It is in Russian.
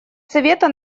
совета